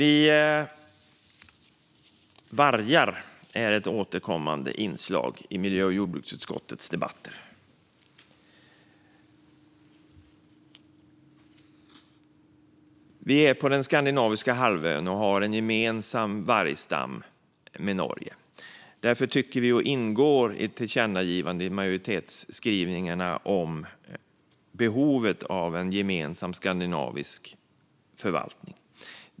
Vargar är ett återkommande inslag i miljö och jordbruksutskottets debatter. Vi är på den skandinaviska halvön och har en gemensam vargstam med Norge. Därför tycker vi att det finns behov av gemensam skandinavisk förvaltning, och vi ingår i den majoritet som föreslår ett tillkännagivande om det.